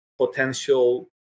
potential